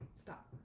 Stop